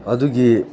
ꯑꯗꯨꯒꯤ